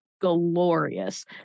glorious